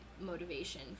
motivation